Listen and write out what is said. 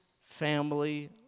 family